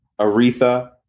Aretha